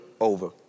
over